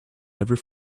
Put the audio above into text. every